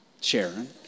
Sharon